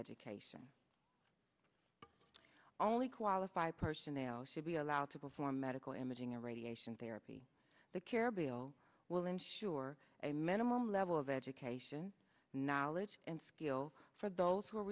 education only qualified personnel should be allowed to perform medical imaging a radiation therapy the care bill will ensure a minimum level of education knowledge and skill for those who are